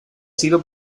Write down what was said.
sido